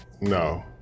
no